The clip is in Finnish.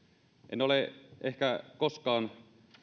en ole ehkä koskaan